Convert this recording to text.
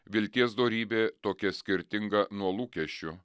vilties dorybė tokia skirtinga nuo lūkesčių